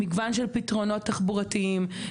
מגוון של פתרונות תחבורתיים,